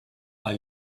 are